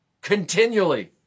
continually